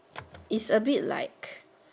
is a bit like